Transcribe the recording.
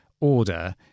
order